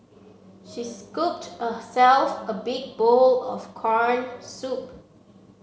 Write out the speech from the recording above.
she scooped herself a big bowl of corned soup